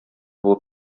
булып